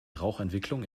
rauchentwicklung